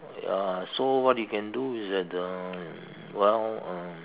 ya so what you can do is that the um well um